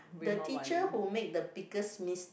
the teacher who make the biggest mis~